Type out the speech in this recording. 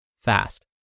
fast